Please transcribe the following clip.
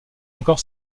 encore